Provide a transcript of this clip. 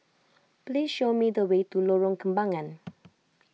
please show me the way to Lorong Kembagan